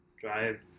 drive